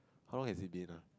how long has it been ah